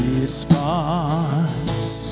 response